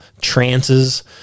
trances